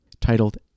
titled